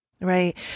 Right